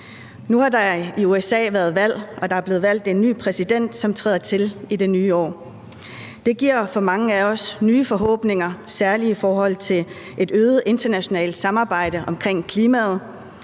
Nu har der i USA været valg, og der er blevet valgt en ny præsident, som træder til i det nye år, og det giver mange af os nye forhåbninger, særlig i forhold til et øget internationalt samarbejde om klimaet.